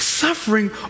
Suffering